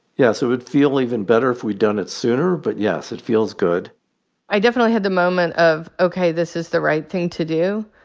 yes. it would feel even better if we'd done it sooner. but, yes, it feels good i definitely had the moment of, ok, this is the right thing to do.